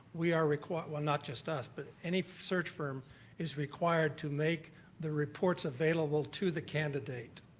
we are required well, not just us, but any search firm is required to make the reports available to the candidate.